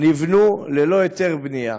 נבנו ללא היתר בנייה,